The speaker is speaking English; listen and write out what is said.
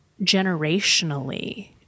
generationally